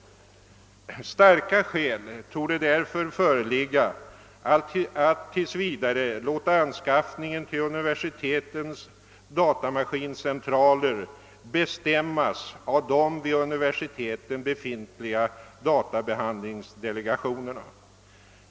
Starka skäl torde därför föreligga att tills vidare låta anskaffningen till universitetens datamaskincentraler bestämmas av de vid universiteten befintliga databehandlingsdelegationerna.